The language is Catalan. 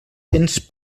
cents